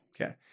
Okay